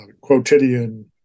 quotidian